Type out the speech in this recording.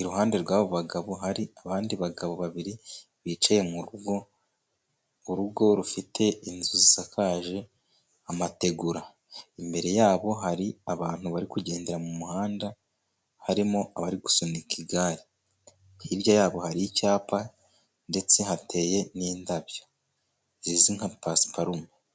iruhande rw'abo bagabo hari abandi bagabo babiri, bicaye mu rugo urugo rufite inzu zisakaje amategura imbere yabo hari abantu bari kugendera mu muhanda, harimo abari gusunika igare, hirya yabo hari icyapa ndetse hateye n'indabyo zizwi nka pasparume.